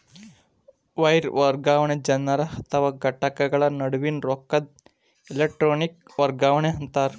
wire ವರ್ಗಾವಣೆ ಜನರ ಅಥವಾ ಘಟಕಗಳ ನಡುವಿನ್ ರೊಕ್ಕದ್ ಎಲೆಟ್ರೋನಿಕ್ ವರ್ಗಾವಣಿ ಅಂತಾರ